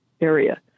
area